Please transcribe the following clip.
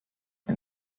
ein